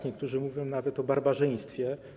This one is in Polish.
Niektórzy mówią nawet o barbarzyństwie.